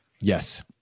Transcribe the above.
Yes